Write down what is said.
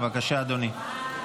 בבקשה, אדוני.